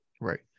Right